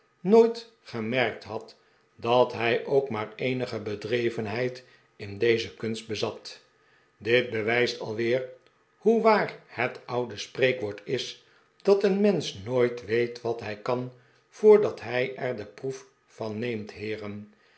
nooit gemerkt had dat hij ook maar eenige bedrevenheid in deze kunst bezat dit bewijst alweer hoe waar het oude spreekwoord is dat een mensch nooit weet wat hij kan voordat hij er de proef van neemt heeren